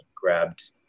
Grabbed